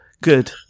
Good